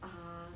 uh